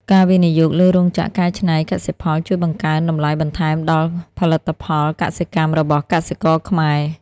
ការវិនិយោគលើរោងចក្រកែច្នៃកសិផលជួយបង្កើនតម្លៃបន្ថែមដល់ផលិតផលកសិកម្មរបស់កសិករខ្មែរ។